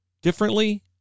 differently